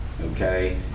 Okay